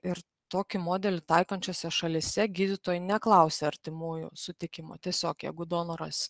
ir tokį modelį taikančiose šalyse gydytojai neklausia artimųjų sutikimo tiesiog jeigu donoras